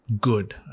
good